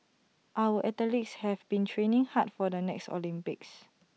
our athletes have been training hard for the next Olympics